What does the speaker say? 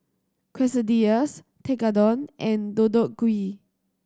Quesadillas Tekkadon and Deodeok Gui